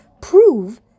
prove